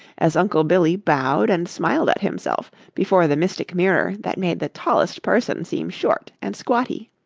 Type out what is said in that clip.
as uncle billy bowed and smiled at himself before the mystic mirror that made the tallest person seem short and squatty.